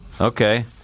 Okay